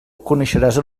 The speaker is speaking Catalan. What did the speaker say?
coneixeràs